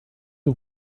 you